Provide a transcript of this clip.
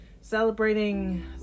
celebrating